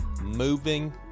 moving